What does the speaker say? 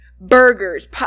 burgers